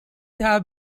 have